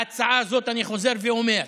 ההצעה הזאת, אני חוזר ואומר,